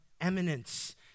eminence